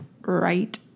right